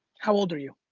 how old are you?